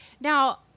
Now